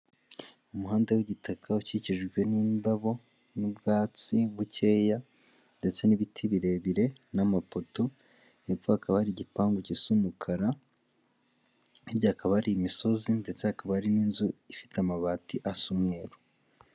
Umuhanda w'igitaka ukikijwe n'indabo n'ubwatsi bukeya ndetse n'ibiti birebire n'amapoto yapfo hakaba hari igipangu gisa umukara hirya hakaba hari imisozi ndetse hakaba hari n'inzu ifite amabati asa umweru.